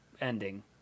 ending